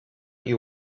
you